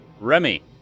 Remy